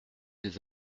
des